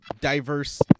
diverse